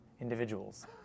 individuals